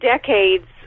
decades